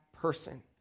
person